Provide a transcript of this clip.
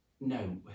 No